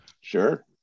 sure